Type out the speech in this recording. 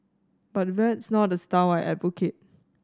but that's not a style I advocate